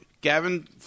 Gavin